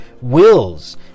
wills